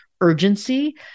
urgency